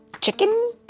chicken